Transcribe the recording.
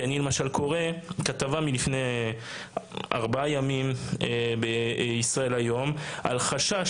אני קורא בישראל היום כתבה מלפני ארבעה ימים על חשש